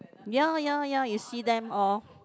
ya ya ya you see them all